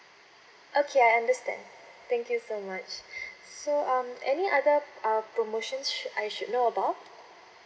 okay I understand thank you so much so um any other uh promotions should I should know about